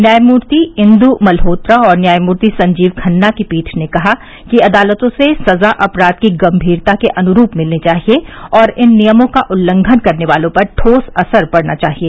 न्यायमूर्ति इंदु मल्होत्रा और न्यायमूर्ति संजीव खन्ना की पीठ ने कहा कि अदालतों से सज़ा अपराध की गंभीरता के अनुरूप मिलनी चाहिए और इन नियमों का उल्लंघन करने वालों पर ठोस असर पड़ना चाहिए